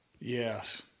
Yes